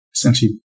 essentially